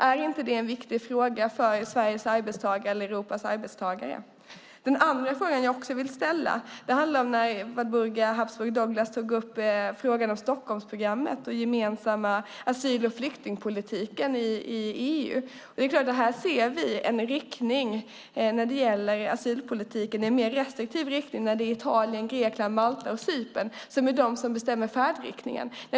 Är inte det en viktig fråga för Europas arbetstagare? Den andra frågan jag vill ställa utgår från att Walburga Habsburg Douglas tog upp frågan om Stockholmsprogrammet och den gemensamma asyl och flyktingpolitiken i EU. Här ser vi en mer restriktiv riktning när det gäller asylpolitiken i Italien, Grekland, Malta och Cypern, som är de som bestämmer färdriktningen.